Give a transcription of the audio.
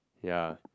ya